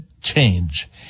change